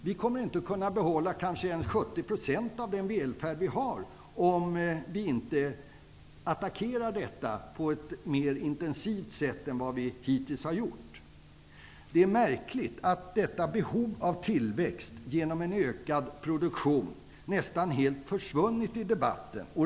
Vi kommer kanske inte ens att kunna behålla 70 % av den välfärd vi har om vi inte attackerar problemet på ett mer intensivt sätt än vad vi hittills har gjort. Det är märkligt att detta behov av tillväxt genom en ökad produktion nästan helt försvunnit i debatten.